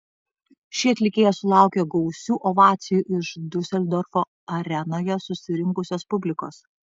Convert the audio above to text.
ši atlikėja sulaukė gausių ovacijų iš diuseldorfo arenoje susirinkusios publikos